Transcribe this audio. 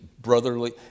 brotherly